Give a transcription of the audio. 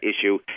issue